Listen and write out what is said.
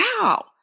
wow